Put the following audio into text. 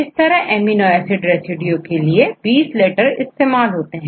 इस तरह amino acid residue के लिए 20 लेटर इस्तेमाल होते हैं